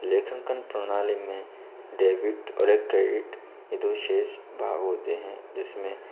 लेखकन प्रणाली में डेबिट और एक क्रेडिट ये दो शीर्ष भाग होते हैं जिसमें